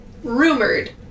Rumored